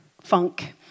funk